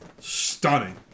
stunning